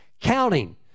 counting